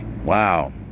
Wow